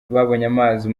amazi